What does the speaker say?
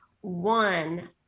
One